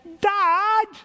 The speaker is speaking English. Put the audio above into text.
Dad